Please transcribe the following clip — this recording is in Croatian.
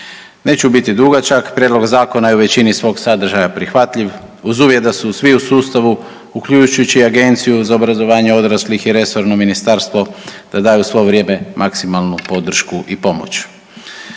Neću biti dugačak, prijedlog zakona je u većini svog sadržaja prihvatljiv uz uvjet da su svi u sustavu, uključujući i Agenciju za obrazovanje odraslih i resorno ministarstvo da daju svo vrijeme maksimalnu podršku i pomoć.